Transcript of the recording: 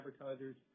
advertisers